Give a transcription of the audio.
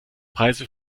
preise